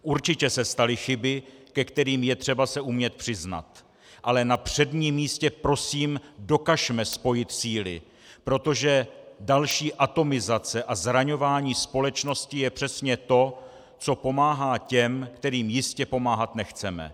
Určitě se staly chyby, ke kterým je třeba se umět přiznat, ale na předním místě prosím, dokažme spojit síly, protože další atomizace a zraňování společnosti je přesně to, co pomáhá těm, kterým jistě pomáhat nechceme.